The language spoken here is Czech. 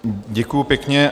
Děkuju pěkně.